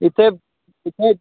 इत्थै इत्थै